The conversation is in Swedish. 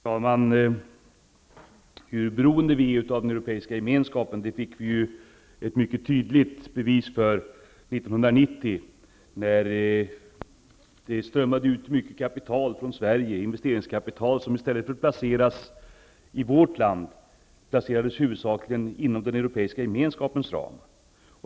Herr talman! Hur beroende Sverige är av den europeiska gemenskapen fick vi ett tydligt bevis för 1990, när det strömmade ut mycket kapital från Sverige. Det var investeringskapital som i stället för att placeras i vårt land placerades huvudsakligen inom den euroeiska gemenskapens ram.